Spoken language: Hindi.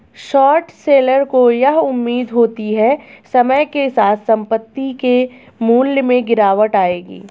शॉर्ट सेलर को यह उम्मीद होती है समय के साथ संपत्ति के मूल्य में गिरावट आएगी